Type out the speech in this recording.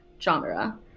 genre